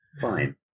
fine